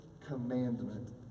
commandment